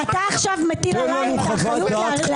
מה זה אין לי זמן?